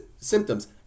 symptoms